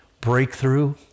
breakthrough